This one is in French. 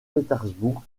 pétersbourg